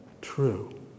true